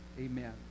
Amen